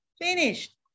finished